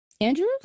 Andrew